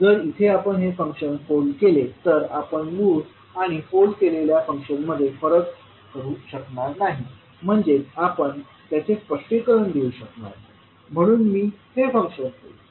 जर इथे आपण हे फंक्शन फोल्ड केले तर आपण मूळ आणि फोल्ड केलेल्या फंक्शनमध्ये फरक करू शकणार नाही म्हणजेच आपण त्याचे स्पष्टीकरण देऊ शकणार नाही म्हणून मी हे फंक्शन फोल्ड केले